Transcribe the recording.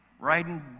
riding